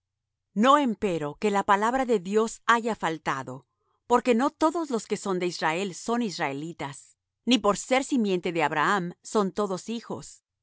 no empero que la palabra de dios haya faltado porque no todos los que son de israel son israelitas ni por ser simiente de abraham son todos hijos